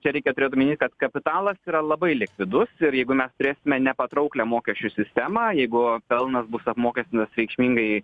čia reikia tūrėt omeny kad kapitalas yra labai likvidus ir jeigu mes turėsime nepatrauklią mokesčių sistemą jeigu pelnas bus apmokestintas reikšmingai